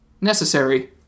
necessary